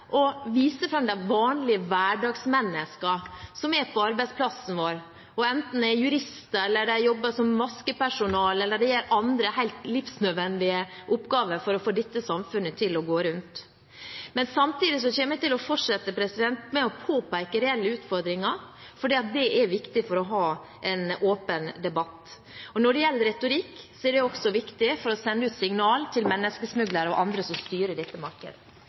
å vise fram de vanlige hverdagsmenneskene, som er på arbeidsplassen vår, enten de er jurister, jobber som vaskepersonell eller gjør andre helt livsnødvendige oppgaver for å få dette samfunnet til å gå rundt. Men samtidig kommer jeg til å fortsette å påpeke reelle utfordringer, fordi det er viktig for å ha en åpen debatt. Og når det gjelder retorikk, er dette også viktig for å sende ut signaler til menneskesmuglere og andre som styrer dette markedet.